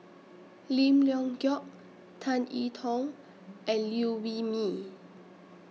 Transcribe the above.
Lim Leong Geok Tan Tong and Liew Wee Mee